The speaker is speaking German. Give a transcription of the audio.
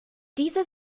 diese